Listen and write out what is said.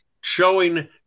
showing